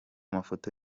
mafoto